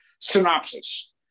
synopsis